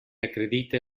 acredite